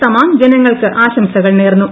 തമാംഗ് ജനങ്ങൾക്ക് ആശംസകൾ നേർന്നു